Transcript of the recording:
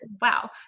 wow